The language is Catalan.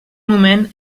moment